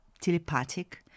telepathic